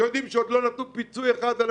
אתם יודעים שעוד לא נתנו פיצוי אחד על